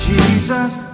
Jesus